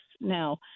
Now